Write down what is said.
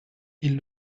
ils